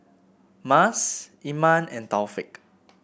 Mas Iman and Taufik